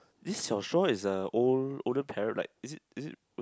this 小说 is uh old older like is it is it